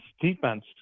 defense